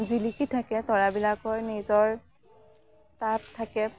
জিলিকি থাকে তৰাবিলাকৰ নিজৰ তাপ থাকে